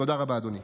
תודה רבה, אדוני.